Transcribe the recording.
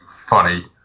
funny